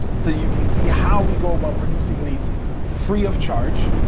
so you can see how we go about producing leads free of charge,